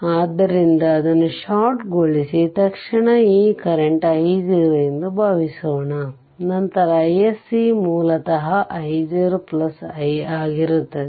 ಆದ್ದರಿಂದ ಇದನ್ನು ಶಾರ್ಟ್ ಗೊಳಿಸಿ ತಕ್ಷಣ ಈ ಕರೆಂಟ್ i0 ಎಂದು ಭಾವಿಸೋಣ ನಂತರ iSC ಮೂಲತಃ i0 i ಆಗಿರುತ್ತದೆ